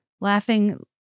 laughing